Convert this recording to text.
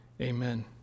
Amen